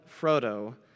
Frodo